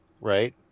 right